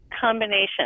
combination